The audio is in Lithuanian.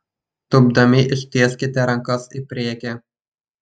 tūpdami ištieskite rankas į priekį